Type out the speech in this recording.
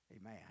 Amen